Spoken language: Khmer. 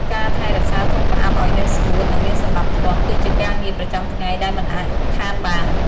ការថែរក្សា ធុងផ្អាប់ឱ្យនៅស្ងួត និងមានសណ្តាប់ធ្នាប់គឺជាការងារប្រចាំថ្ងៃដែលមិនអាចខានបាន។